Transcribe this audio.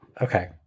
Okay